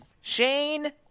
Shane